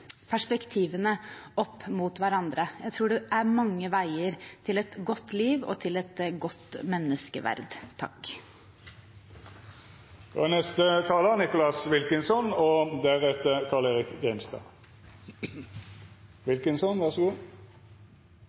perspektivene opp mot hverandre. Jeg tror det er mange veier til et godt liv og til et godt menneskeverd. Representanten Grøvan fra Kristelig Folkeparti etterlyste at andre snakket barnets sak, som om ikke andre partier var opptatt av det. Så da